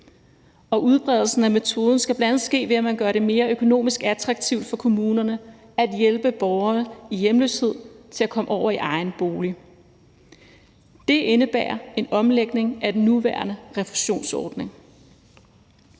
Udbredelsen af metoden skal bl.a. ske ved, at man gør det mere økonomisk attraktivt for kommunerne at hjælpe borgere i hjemløshed til at komme over i egen bolig. Det indebærer en omlægning af den nuværende refusionsordning.